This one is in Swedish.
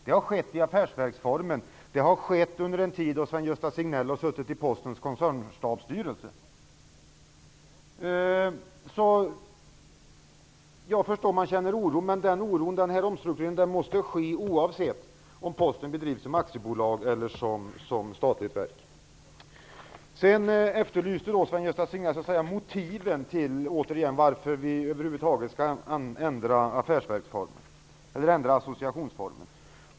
Det har skett i affärsverksformen, under den tid då Sven-Gösta Signell har suttit i Jag förstår att man känner oro, men denna omstrukturering måste ske, oavsett om Posten drivs som aktiebolag eller som statligt verk. Sven-Gösta Signell efterlyste motiven till varför associationsformen över huvud taget skall ändras.